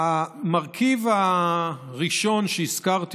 המרכיב הראשון שהזכרתי,